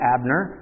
Abner